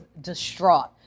distraught